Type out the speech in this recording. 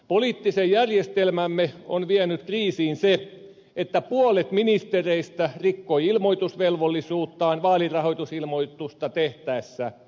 poliittisen järjestelmämme on vienyt kriisiin se että puolet ministereistä rikkoi ilmoitusvelvollisuuttaan vaalirahoitusilmoitusta tehtäessä